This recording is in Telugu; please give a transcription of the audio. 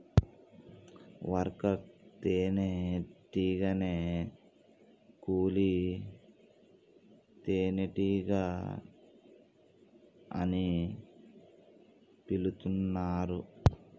వర్కర్ తేనే టీగనే కూలీ తేనెటీగ అని పిలుతున్నరు